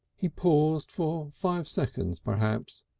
he paused for five seconds, perhaps,